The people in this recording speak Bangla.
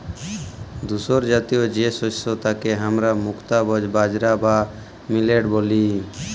ধূসরজাতীয় যে শস্য তাকে হামরা মুক্তা বাজরা বা মিলেট ব্যলি